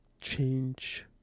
change